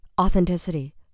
authenticity